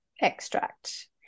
extract